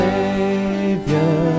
Savior